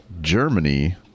Germany